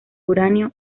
uranio